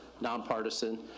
nonpartisan